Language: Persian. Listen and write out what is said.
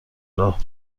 راه